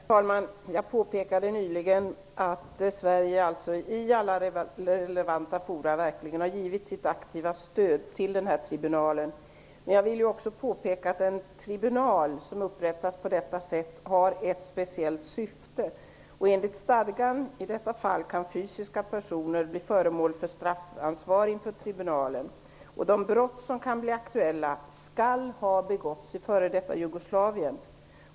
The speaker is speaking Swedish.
Herr talman! Jag påpekade nyss att Sverige i alla relevanta fora verkligen har givit sitt aktiva stöd till tribunalen. En tribunal som upprättas på detta sätt har ett speciellt syfte. Enligt stadgan kan i detta fall fysiska personer bli föremål för straffansvar inför tribunalen. De brott som kan bli aktuella skall ha begåtts i f.d. Jugoslavien.